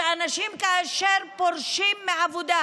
שכאשר אנשים פורשים מהעבודה,